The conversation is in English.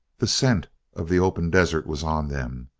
the scent of the open desert was on them,